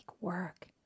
work